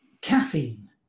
Caffeine